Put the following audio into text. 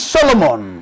Solomon